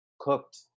cooked